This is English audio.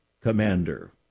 commander